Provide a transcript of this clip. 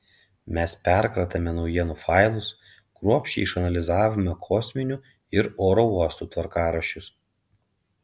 mes perkratėme naujienų failus kruopščiai išanalizavome kosminių ir oro uostų tvarkaraščius